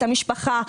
את המשפחה,